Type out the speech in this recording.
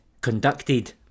conducted